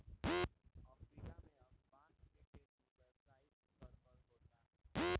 Africa में अब बांस के खेती व्यावसायिक स्तर पर होता